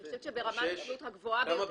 אני חושבת שברמת התלות הגבוהה ביותר